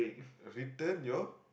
return your